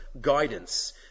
guidance